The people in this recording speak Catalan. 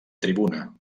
tribuna